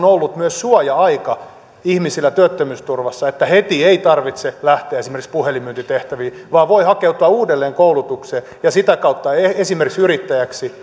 ollut myös suoja aika ihmisillä työttömyysturvassa että heti ei tarvitse lähteä esimerkiksi puhelinmyyntitehtäviin vaan voi hakeutua uudelleenkoulutukseen ja sitä kautta esimerkiksi yrittäjäksi